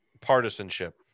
partisanship